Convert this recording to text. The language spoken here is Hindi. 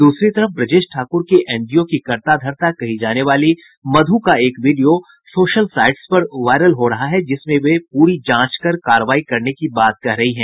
दूसरी तरफ ब्रजेश ठाकूर के एनजीओ की कर्ताधर्ता कही जाने वाली मधु का एक वीडियो सोशल साईट्स पर वायरल हो रहा है जिसमें वे पूरी जांच कर कार्रवाई करने की बात कह रही है